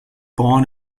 born